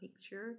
picture